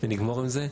ונגמור עם זה.